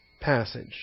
passage